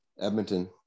Edmonton